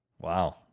Wow